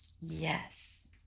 Yes